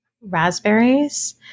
raspberries